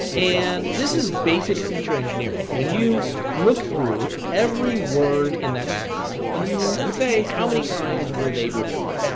and this is basic feature engineering. when you look through every word in that paragraph and you say how many times were they repeated,